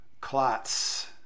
clots